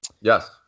Yes